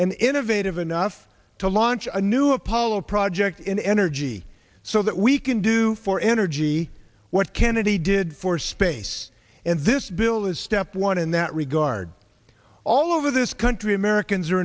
and innovative enough to launch a new apollo project in energy so that we can do for energy what kennedy did for space and this bill is step one in that regard all over this country americans